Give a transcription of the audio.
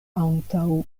antaŭuloj